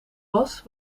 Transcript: was